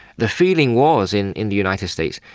the feeling was in in the united states,